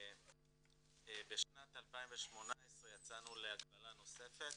בשנת 2018 יצאנו להגרלה נוספת,